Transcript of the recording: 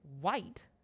white